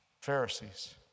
Pharisees